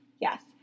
Yes